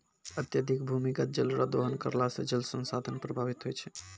अत्यधिक भूमिगत जल रो दोहन करला से जल संसाधन प्रभावित होय छै